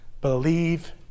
Believe